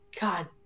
God